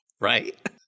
Right